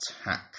attack